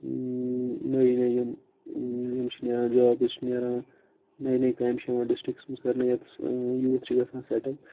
نٔے نٔے یِم یِم چھِ نیٚران جابٕس چھِ نیٚران نَیہِ نَیہِ کامہِ چھِ یِوان ڈِسٹرکَس مَنٛز کَرنہٕ یَتیٚس یوٗتھ چھُ گَژھان سٮ۪ٹٕل